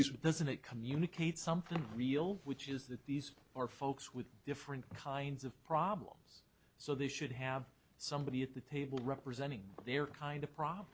e doesn't it communicate something real which is that these are folks with different kinds of problems so they should have somebody at the table representing their kind of problem